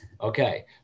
Okay